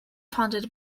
funded